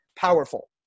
powerful